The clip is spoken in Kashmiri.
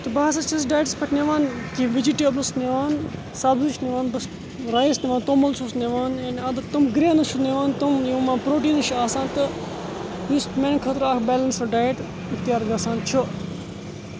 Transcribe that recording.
تہٕ بہٕ ہَسا چھُس ڈایٹَس پٮ۪ٹھ نِوان کینٛہہ وِجِٹیبلٕز نِوان سبزی چھِ نِوان رَیِس نِوان توٚمُل چھُس نِوان اَدٕ تِم گرٛینٕز چھُس نِوان تِم یِم پرٛوٹیٖنٕز چھِ آسان تہٕ یُس میٛانہِ خٲطرٕ اَکھ بیلَنسٕڈ ڈایٹ اختیار گژھان چھُ